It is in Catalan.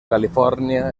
califòrnia